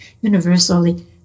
universally